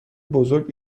بزرگ